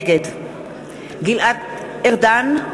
נגד גלעד ארדן,